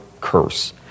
curse